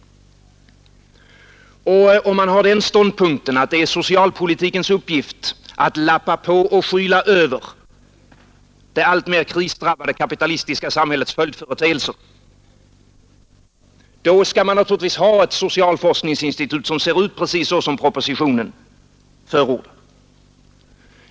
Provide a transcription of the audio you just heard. Om man har den ståndpunkten att det är socialpolitikens uppgift att lappa på och skyla över det alltmer krisdrabbade kapitalistiska samhällets följdföreteelser, då skall man naturligtvis ha ett socialforskningsinstitut som ser ut så som propositionen förordar.